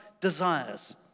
desires